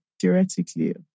Theoretically